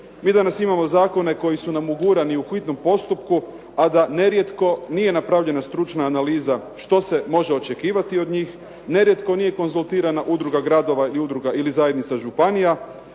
Mi danas imamo zakone koji su nam ugurani u hitnom postupku, a da nerijetko nije napravljena stručna analiza, što se može očekivati od njih, nerijetko nije konzultirana Udruga gradova ili zajednica županija,